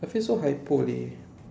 I feel so hypo leh